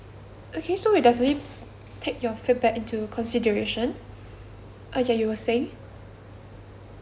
okay so we'll definitely take your feedback into consideration okay you were saying